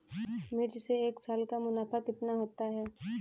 मिर्च से एक साल का मुनाफा कितना होता है?